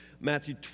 Matthew